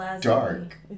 dark